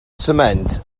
sment